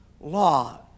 law